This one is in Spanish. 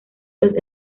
los